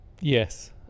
Yes